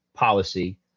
policy